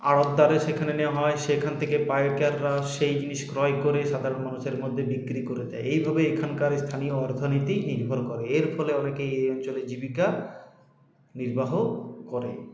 আড়তদারের সেখানে নেওয়া হয় সেখান থেকে পাইকাররা সেই জিনিস ক্রয় করে সাধারণ মানুষের মধ্যে বিক্রি করে দেয় এইভাবে এখানকার স্থানীয় অর্থনীতি নির্ভর করে এর ফলে অনেকেই এই অঞ্চলে জীবিকা নির্বাহ করে